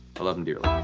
i love him dearly.